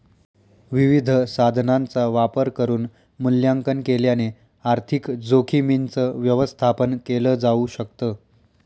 विविध साधनांचा वापर करून मूल्यांकन केल्याने आर्थिक जोखीमींच व्यवस्थापन केल जाऊ शकत